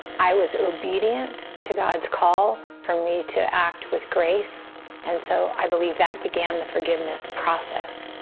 i was obedient to god's call for me to act with grace and so i believe that began the forgiveness process.